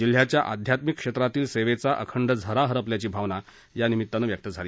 जिल्ह्याच्या आध्यात्मिक क्षेत्रातील सेवेचा अखंड झरा हरपल्याची भावना या निमित्ताने व्यक्त झाली